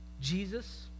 Jesus